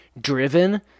driven